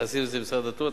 מייחסים את זה למשרד הדתות,